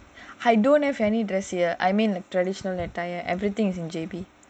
I don't have any this year I mean the traditional attire everything's in J_B